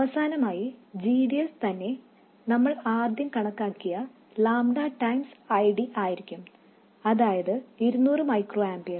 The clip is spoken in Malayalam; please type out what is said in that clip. അവസാനമായി g d s തന്നെ നമ്മൾ ആദ്യം കണക്കാക്കിയ ƛ I D ആയിരിക്കും അതായത് 200 മൈക്രോ ആമ്പിയർ